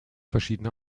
verschiedene